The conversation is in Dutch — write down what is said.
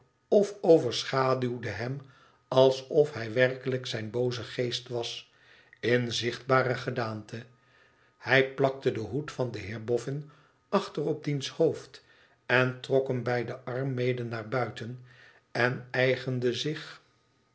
of overschaduwde hem alsof hij werkelijk zijn booze geest was in zichtbare gedaante hij plakte den hoed van den heer boffin achter op diens hoofd en trok hem bij den arm mede naar buiten en eigende zich